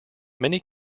many